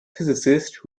physicist